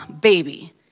baby